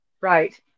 Right